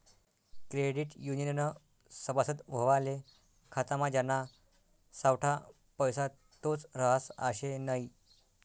credit युनियननं सभासद व्हवाले खातामा ज्याना सावठा पैसा तोच रहास आशे नै